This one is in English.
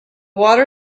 water